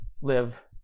live